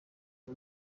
ubu